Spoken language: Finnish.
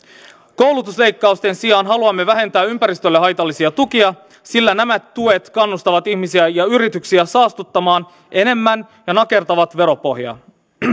koulutusleikkausten sijaan haluamme vähentää ympäristölle haitallisia tukia sillä nämä tuet kannustavat ihmisiä ja yrityksiä saastuttamaan enemmän ja nakertavat veropohjaa